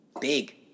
big